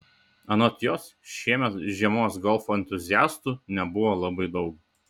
anot jos šiemet žiemos golfo entuziastų nebuvo labai daug